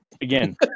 again